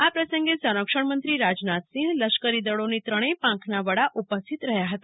આ પ્રસંગે સંરક્ષણ મંત્રી રાજનાથસિંહ લશ્કરી દળોની ત્રણેય પાંખના વડા ઉપસ્થિત રહ્યા હતા